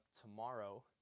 tomorrow